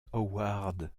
howard